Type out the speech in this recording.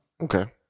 Okay